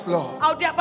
Lord